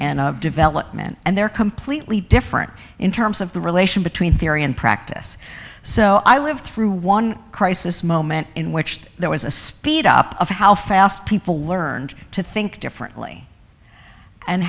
and development and they're completely different in terms of the relation between theory and practice so i lived through one crisis moment in which there was a speed up of how fast people learned to think differently and